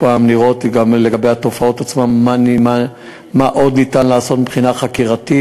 לראות גם לגבי התופעות עצמן מה עוד ניתן לעשות מבחינה חקירתית,